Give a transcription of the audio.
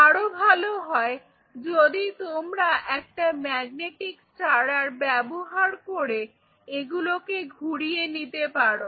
আরো ভালো হয় যদি তোমরা একটা ম্যাগনেটিক স্টারার ব্যবহার করে এগুলোকে ঘুরিয়ে নিতে পারো